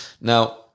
now